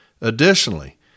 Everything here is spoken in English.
Additionally